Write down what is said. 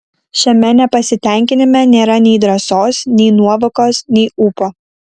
šiame nepasitenkinime nėra nei drąsos nei nuovokos nei ūpo